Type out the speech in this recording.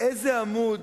איזה עמוד